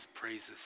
praises